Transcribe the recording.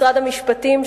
משרד המשפטים,